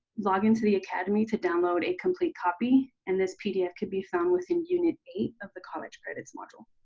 login to the academy to download a complete copy, and this pdf can be found within unit eight of the college credits module.